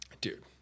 Dude